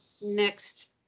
next